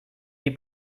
die